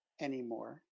anymore